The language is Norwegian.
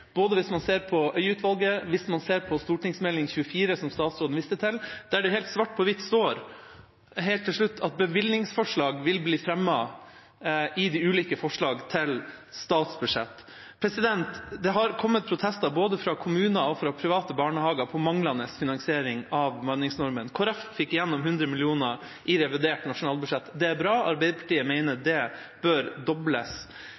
både hvis man ser på Øie-utvalgets utredning og hvis man ser på Meld. St. nr. 24 for 2012–2013, som statsråden viste til, der det svart på hvitt står helt til slutt at bevilgningsforslag vil bli fremmet i de ulike forslag til statsbudsjett. Det har kommet protester både fra kommuner og fra private barnehager på manglende finansiering av bemanningsnormen. Kristelig Folkeparti fikk igjennom 100 mill. kr i revidert nasjonalt budsjett. Det er bra. Arbeiderpartiet mener det bør dobles.